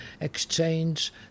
exchange